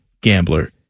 gambler